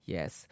Yes